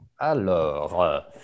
Alors